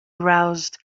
aroused